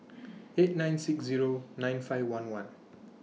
eight nine six Zero nine five one one